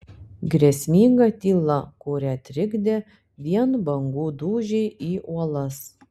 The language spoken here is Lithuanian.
grėsminga tyla kurią trikdė vien bangų dūžiai į uolas